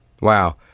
Wow